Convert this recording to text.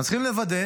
צריכים לוודא